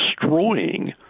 destroying